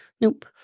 Nope